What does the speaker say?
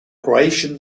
croatian